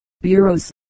Bureaus